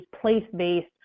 place-based